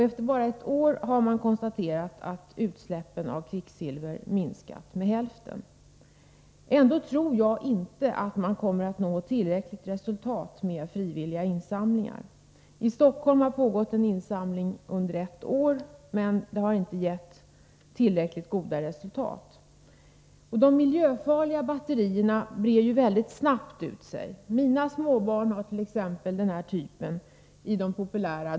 Efter bara ett års insamling kan man konstatera att utsläppen av kvicksilver nu är hälften så stora som tidigare. Ändå tror jag inte att frivilliga insamlingar ger ett tillräckligt gott resultat. I Stockholm har insamlingar av batterier pågått under ett års tid. Resultatet är emellertid inte tillräckligt gott. Förekomsten av de miljöfarliga batterierna blir allt vanligare. Mina småbarn använder den typen av batterier i sina dataspel, som ju blivit så populära.